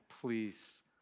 please